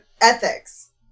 ethics